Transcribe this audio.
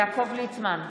יעקב ליצמן,